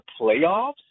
playoffs